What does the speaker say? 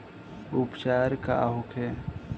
उपचार का होखे?